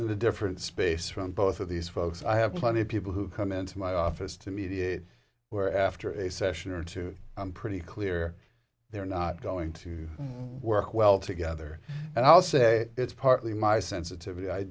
the different space from both of these folks i have plenty of people who come into my office to mediate where after a session or two i'm pretty clear they're not going to work well together and i'll say it's partly my sensitivity i